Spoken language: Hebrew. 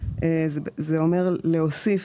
זה אומר להוסיף